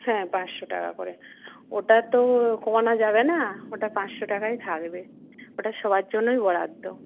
হ্যাঁ পাঁচশো টাকা করে ওটা তো কমানো যাবে না ওটা পাঁচশো টাকাই থাকবে ওটা সবার জন্যই বরাদ্দ